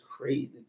crazy